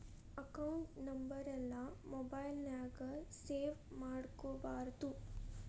account ನಂಬರೆಲ್ಲಾ mobile ನ್ಯಾಗ save ಮಾಡ್ಕೊಬಾರ್ದು